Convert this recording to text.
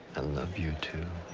love you, too.